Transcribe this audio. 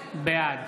בעד